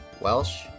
Welsh